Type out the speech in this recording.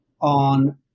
on